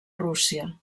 rússia